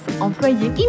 employé